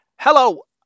Hello